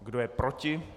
Kdo je proti?